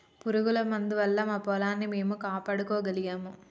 పురుగుల మందు వల్ల మా పొలాన్ని మేము కాపాడుకోగలిగాము